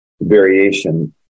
variation